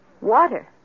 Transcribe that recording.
Water